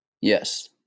Yes